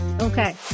Okay